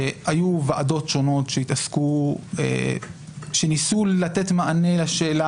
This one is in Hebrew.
היו ועדות שונות שניסו לתת מענה לשאלה